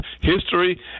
history